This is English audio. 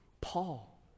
Paul